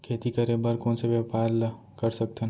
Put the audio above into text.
खेती करे बर कोन से व्यापार ला कर सकथन?